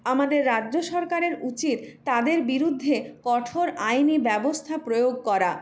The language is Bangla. আমাদের রাজ্য সরকারের উচিত তাদের বিরুদ্ধে কঠোর আইনি ব্যবস্থা প্রয়োগ করা